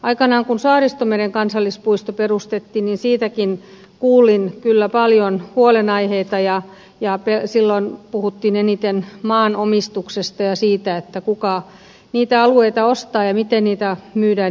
aikanaan kun saaristomeren kansallispuisto perustettiin siitäkin kuulin kyllä paljon huolenaiheita ja silloin puhuttiin eniten maanomistuksesta ja siitä kuka niitä alueita ostaa ja miten niitä myydään ja ostetaan